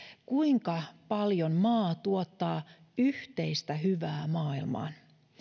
kuinka paljon maa tuottaa yhteistä hyvää maailmaan